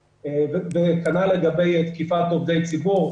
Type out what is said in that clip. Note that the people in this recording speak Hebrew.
כנ"ל לגבי תקיפת עובדי ציבור.